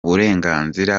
burenganzira